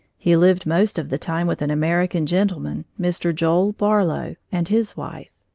he lived most of the time with an american gentleman, mr. joel barlow, and his wife.